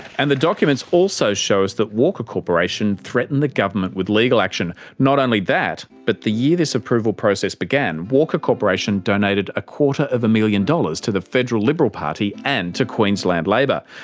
and the documents also show us that walker corporation threatened the government with legal action. not only that but the year this approval process began walker corporation donated a quarter of a million dollars to the federal liberal party and to queensland labor.